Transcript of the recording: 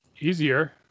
easier